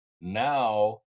Now